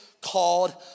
called